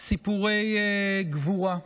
סיפורי גבורה.